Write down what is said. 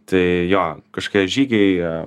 tai jo kažkokie žygiai